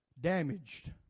Damaged